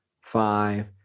five